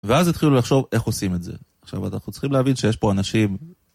ואז התחילו לחשוב איך עושים את זה. עכשיו אנחנו צריכים להבין שיש פה אנשים...